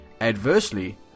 Adversely